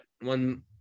one